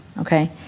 okay